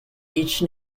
each